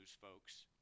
folks